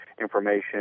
information